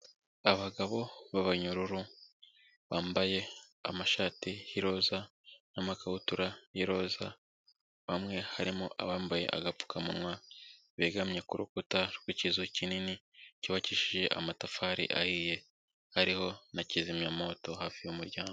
Abagabo b'abanyururu bambaye amashati y'iroza n'amakabutura y'iroza, bamwe harimo abambaye agapfukamunwa begamye ku rukuta rw'ikizu kinini cyubakishije amatafari ahiye, hariho na kizimyamwoto hafi y'umuryango.